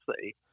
see